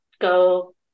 go